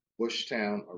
bushtown